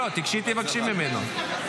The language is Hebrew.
תיגשי ותבקשי ממנו.